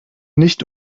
nicht